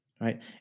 right